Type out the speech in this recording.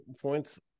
points